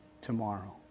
tomorrow